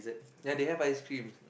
ya they have ice creams